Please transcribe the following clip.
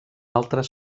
altres